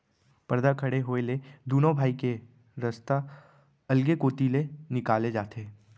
परदा खड़े होए ले दुनों भाई के रस्ता अलगे कोती ले निकाले जाथे